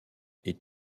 est